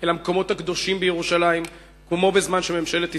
במקומות הקדושים בירושלים, כמו בזמן שממשלת ישראל,